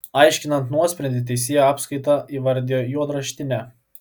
aiškinant nuosprendį teisėja apskaitą įvardijo juodraštine